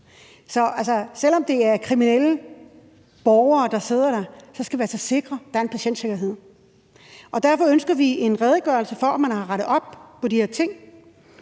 Selv om det er kriminelle borgere, der sidder der, skal vi altså sikre, at der er en patientsikkerhed. Derfor ønsker vi en redegørelse for, at man har rettet op på de her ting.